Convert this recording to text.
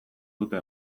dute